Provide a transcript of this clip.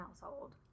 household